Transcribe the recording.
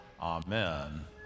Amen